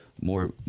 More